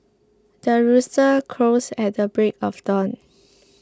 the rooster crows at the break of dawn